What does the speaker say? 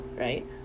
right